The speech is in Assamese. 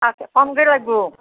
কমকৈ লাগিব